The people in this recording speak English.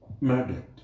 Murdered